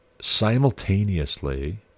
simultaneously